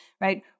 right